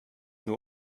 nur